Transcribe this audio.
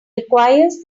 requires